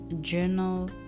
journal